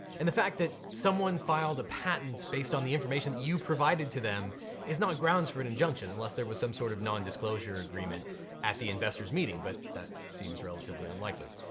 and the fact that someone filed a patent based on the information that you provided to them is not grounds for an injunction unless there was some sort of non-disclosure agreement at the investors' meeting, but that seems relatively unlikely.